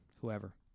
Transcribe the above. Whoever